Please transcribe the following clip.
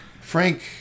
Frank